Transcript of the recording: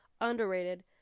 underrated